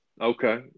Okay